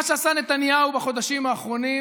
מה שעשה נתניהו בחודשים האחרונים